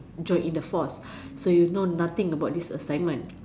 join in the force so you know nothing about this assignment